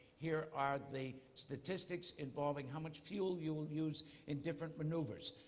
here are the statistics involving how much fuel you will use in different maneuvers.